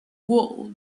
wall